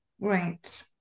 Right